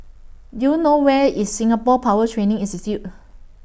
Do YOU know Where IS Singapore Power Training Institute